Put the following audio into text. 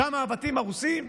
שם הבתים הרוסים?